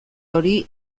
hori